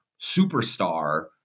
superstar